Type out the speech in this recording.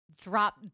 drop